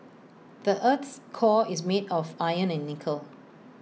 the Earth's core is made of iron and nickel